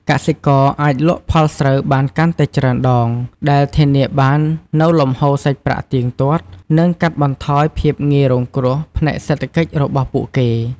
កសិករអាចលក់ផលស្រូវបានកាន់តែច្រើនដង ដែលធានាបាននូវលំហូរសាច់ប្រាក់ទៀងទាត់ និងកាត់បន្ថយភាពងាយរងគ្រោះផ្នែកសេដ្ឋកិច្ចរបស់ពួកគេ។